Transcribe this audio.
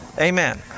Amen